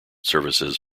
services